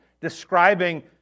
describing